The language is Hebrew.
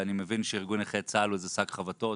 ואני מבין שארגון נכי צה"ל הוא שק חבטות,